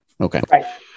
Okay